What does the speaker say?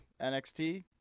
NXT